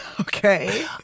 Okay